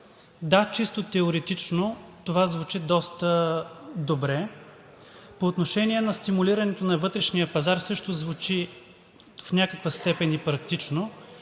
Да, чисто теоретично това звучи доста добре. По отношение на стимулирането на вътрешния пазар също звучи в някаква степен практично,